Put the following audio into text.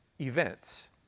events